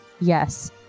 Yes